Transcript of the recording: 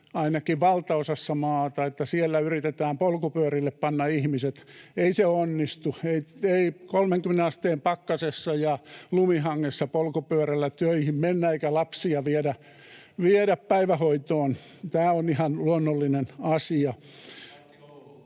ainakin valtaosassa maata, yritetään polkupyörille panna ihmiset. Ei se onnistu. Ei 30 asteen pakkasessa ja lumihangessa polkupyörällä töihin mennä eikä lapsia viedä päivähoitoon. Tämä on ihan luonnollinen asia.